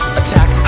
attack